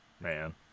man